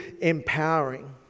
empowering